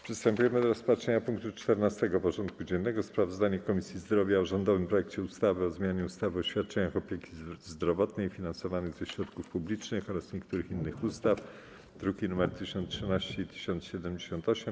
Przystępujemy do rozpatrzenia punktu 14. porządku dziennego: Sprawozdanie Komisji Zdrowia o rządowym projekcie ustawy o zmianie ustawy o świadczeniach opieki zdrowotnej finansowanych ze środków publicznych oraz niektórych innych ustaw (druki nr 1013 i 1078)